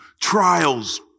Trials